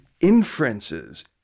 inferences